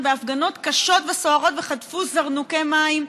בהפגנות קשות וסוערות וחטפו זרנוקי מים,